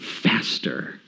faster